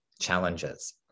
challenges